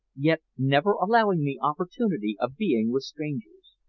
yet never allowing me opportunity of being with strangers.